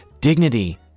dignity